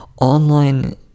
online